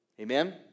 amen